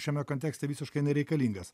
šiame kontekste visiškai nereikalingas